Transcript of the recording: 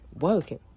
working